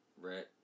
Red